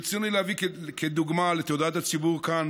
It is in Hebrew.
כדוגמה ברצוני להביא לידיעת הציבור כאן,